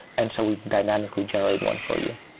and so we dynamically generate one for you.